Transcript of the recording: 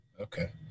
Okay